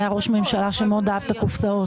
היה ראש ממשלה שמאוד אהב את הקופסאות.